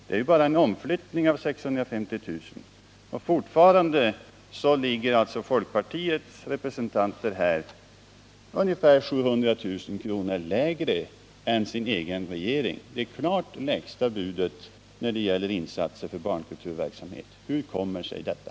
Det är ju bara en omflyttning av 650 000 kr. Fortfarande ligger alltså folkpartiets representanter ungefär 700 000 kr. lägre än sin egen regering. Det är det klart lägsta beloppet när det gäller insatser för barnkulturverksamhet. Hur kommer sig detta?